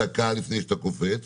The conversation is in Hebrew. דקה לפני שאתה קופץ.